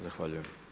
Zahvaljujem.